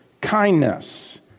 kindness